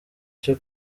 cyo